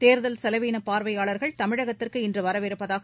தேர்தல் செலவீனப் பார்வையாளர்கள் தமிழகத்திற்கு இன்று வரவிருப்பதாக